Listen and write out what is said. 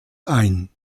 ein